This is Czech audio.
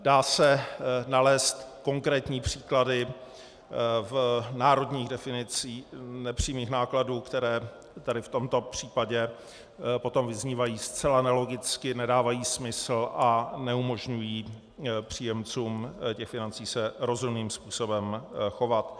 Dají se nalézt konkrétní příklady v národních definicích nepřímých nákladů, které tady v tomto případě potom vyznívají zcela nelogicky, nedávají smysl a neumožňují příjemcům financí se rozumným způsobem chovat.